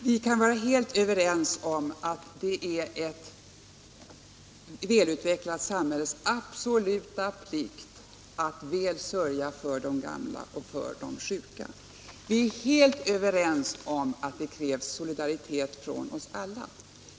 Herr talman! Vi kan vara helt överens om att det är ett välfärdssamhälles absoluta plikt att väl sörja för de gamla och för de sjuka. Vi är också helt överens om att det krävs solidaritet från oss alla.